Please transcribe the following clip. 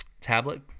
tablet